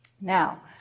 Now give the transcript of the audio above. Now